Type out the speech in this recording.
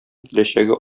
киләчәге